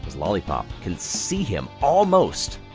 lollipop can see him almost